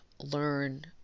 learn